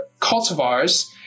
cultivars